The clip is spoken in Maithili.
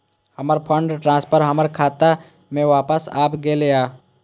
हमर फंड ट्रांसफर हमर खाता में वापस आब गेल या